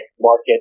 market